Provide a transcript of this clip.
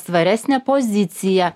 svaresne pozicija